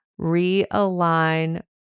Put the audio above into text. Realign